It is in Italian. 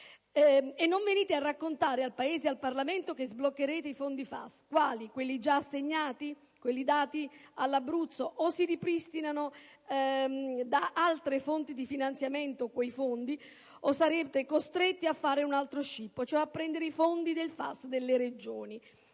E non venite a raccontare al Paese e al Parlamento che sbloccherete i fondi FAS. Quali? Quelli già assegnati? Quelli dati all'Abruzzo? O si ripristinano da altre fonti di finanziamento quei fondi o sarete costretti a fare un altro scippo, cioè a prendere i fondi del FAS delle Regioni